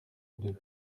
deux